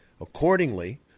Accordingly